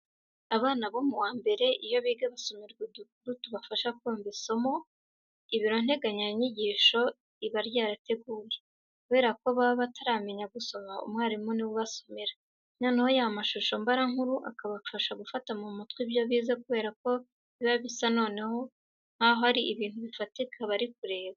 Abana bo mu wa mbere iyo biga, basomerwa udukuru tubafasha kumva isomo ibiro nteganyanyigisho riba ryarateguye. Kubera ko baba bataramenya gusoma, umwarimu ni we ubasomera. Noneho ya mashusho mbarankuru akabafasha gufata mu mutwe ibyo bize kubera ko biba bisa noneho nkaho ari abintu bifatika bari kureba.